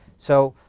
so,